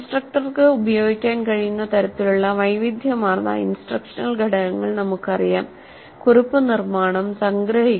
ഇൻസ്ട്രക്ടർക്ക് ഉപയോഗിക്കാൻ കഴിയുന്ന തരത്തിലുള്ള വൈവിധ്യമാർന്ന ഇൻസ്ട്രക്ഷണൽ ഘടകങ്ങൾ നമുക്കറിയാം കുറിപ്പ് നിർമ്മാണം സംഗ്രഹി